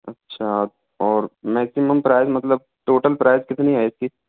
अच्छा और maximum price मतलब टोटल प्राइस कितनी है इसकी